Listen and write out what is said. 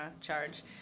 charge